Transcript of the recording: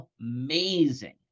amazing